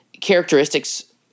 characteristics